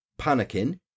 panicking